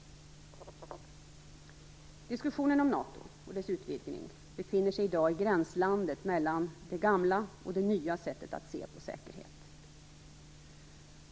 Diskussionen om NATO och dess utvidgning befinner sig i dag i gränslandet mellan det gamla och det nya sättet att se på säkerhet.